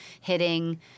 hitting –